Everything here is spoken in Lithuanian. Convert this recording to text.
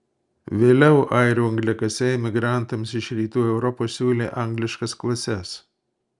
vėliau airių angliakasiai emigrantams iš rytų europos siūlė angliškas klases